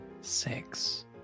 Six